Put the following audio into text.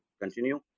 continue